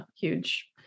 huge